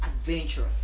adventurous